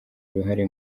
uruhare